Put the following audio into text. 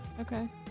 okay